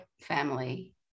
family